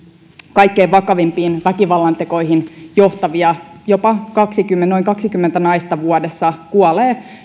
kaikkein vakavimpiin väkivallantekoihin johtavia jopa noin kaksikymmentä naista vuodessa kuolee